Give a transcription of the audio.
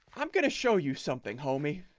i'm going to show you something homie.